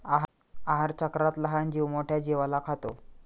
आहारचक्रात लहान जीव मोठ्या जीवाला खातो